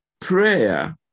prayer